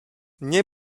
nie